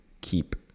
keep